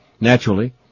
naturally